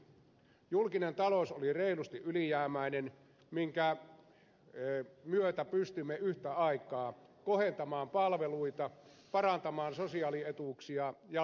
julkinen talous oli reilusti ylijäämäinen minkä myötä pystyimme yhtä aikaa kohentamaan palveluita parantamaan sosiaalietuuksia ja lyhentämään valtionvelkaa